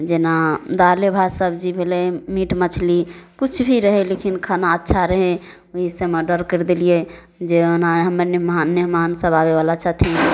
जेना दाले भात सब्जी भेलै मीट मछली किछु भी रहै लेकिन खाना अच्छा रहै ओहिसे हम ऑडर करि देलिए जे ओना हमर मेहमान मेहमानसब आबैवला छथिन